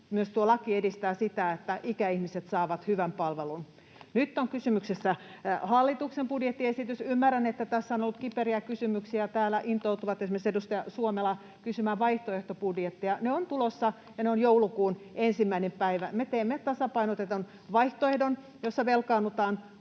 myös tuo laki edistää sitä, että ikäihmiset saavat hyvän palvelun? Nyt on kysymyksessä hallituksen budjettiesitys. Ymmärrän, että tässä on ollut kiperiä kysymyksiä. Täällä intoutui esimerkiksi edustaja Suomela kysymään vaihtoehtobudjetteja. Ne ovat tulossa joulukuun 1. päivä. Me teemme tasapainotetun vaihtoehdon, jossa muun